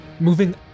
Moving